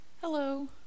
Hello